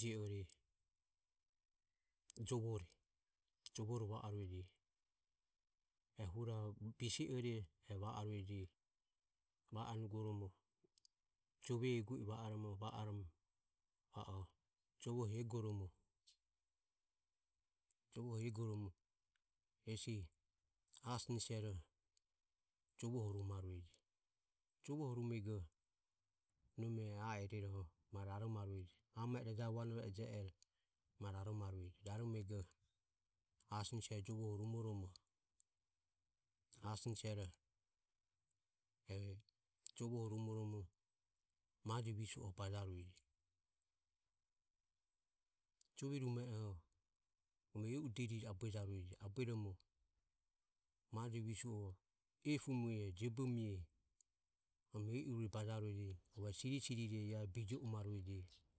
je ore jovore, jovore va arueje e hurae bise ore va arueje va onugoromo jove eguo i va oromo va oromo va o jovo eguoromo hesi a sinsiero jovoho rumarueje. Jovoho rumego nome a ioro ioroho ma raromarueje ama i rajavuanove ejie ero ma raromarueje raromego a sinsiero jovoho rumoromo asnisiero e jovoho rumoromo majo visue bajarue jove rume oho nume e u derire abuejarueje. Abueromo majo visue jiobe mie epu mie jebo mie, aru eu re baja rueje, arue sirisirire ia bijou ma rueje.